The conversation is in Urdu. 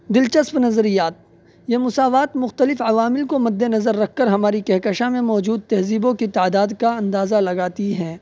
دلچسپ نظریات یہ مساوات مختلف عوامل کو مد نظر رکھ کر ہماری کہکشاں میں موجود تہذیبوں کی تعداد کا اندازہ لگاتی ہیں